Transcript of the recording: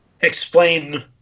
explain